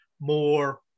more